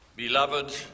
beloved